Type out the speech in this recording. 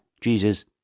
Jesus